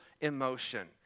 emotion